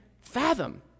fathom